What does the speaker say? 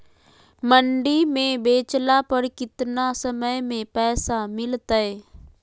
मंडी में बेचला पर कितना समय में पैसा मिलतैय?